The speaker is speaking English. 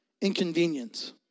inconvenience